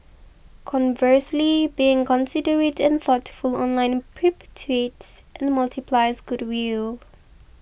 conversely being considerate and thoughtful online perpetuates and multiplies goodwill